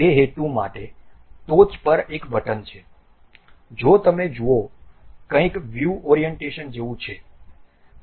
તે હેતુ માટે ટોચ પર એક બટન છે જો તમે જુઓ કંઈક વ્યૂ ઓરિએન્ટેશન જેવું છે